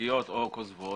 חלקיות או כוזבות,